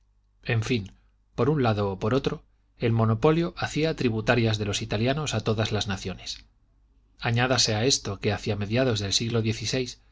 en fín por un lado o por otro el monopolio hacía tributarias de los italianos a todas las naciones añádase a esto que hacia mediados del siglo